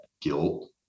guilt